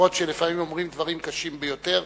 אף-על-פי שתמיד אומרים דברים קשים ביותר,